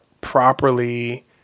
properly